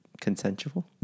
consensual